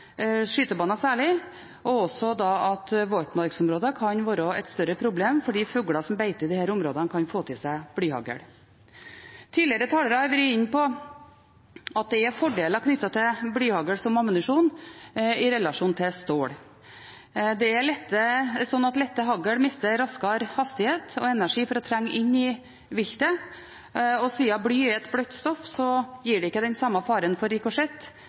og at våtmarksområder kan være et større problem fordi fugler som beiter i disse områdene, kan få i seg blyhagl. Tidligere talere har vært inne på at det er fordeler knyttet til blyhagl som ammunisjon sammenliknet med stål. Det er slik at lette hagl mister raskere hastighet og energi som er nødvendig for å trenge inn i viltet, og siden bly er et bløtt stoff, gir det ikke den samme faren for